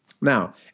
Now